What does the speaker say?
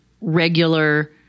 regular